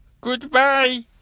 Goodbye